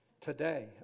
today